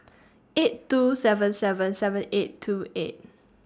eight two seven seven seven eight two eight